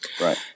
Right